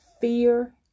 fear